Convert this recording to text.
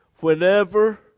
Whenever